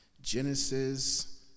Genesis